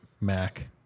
Mac